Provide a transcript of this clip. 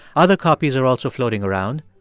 other copies are also floating around.